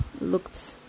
looked